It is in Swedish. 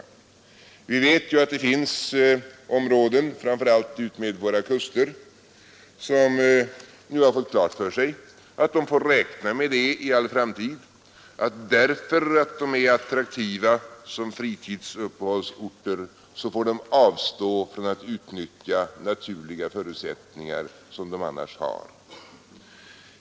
Det finns områden framför allt utmed våra kuster där man nu har fått klart för sig att man får räkna med att för all framtid, därför att områdena är attraktiva som fritidsuppehållsorter, avstå från att utnyttja naturliga förutsättningar som områdena har.